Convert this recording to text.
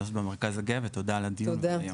לעשות במרכז הגאה ותודה על הדיון הזה היום.